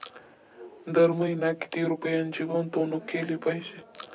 दर महिना किती रुपयांची गुंतवणूक केली पाहिजे?